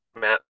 Matt